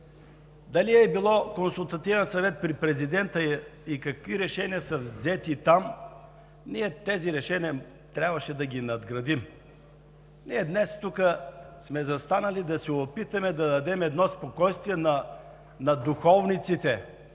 дали е било Консултативен съвет при президента и какви решения са взети там, ние тези решения трябваше да ги надградим. Ние днес тук сме застанали да се опитаме да дадем едно спокойствие на духовниците,